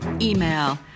Email